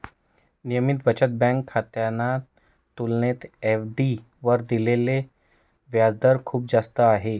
नियमित बचत बँक खात्याच्या तुलनेत एफ.डी वर दिलेला व्याजदर खूप जास्त आहे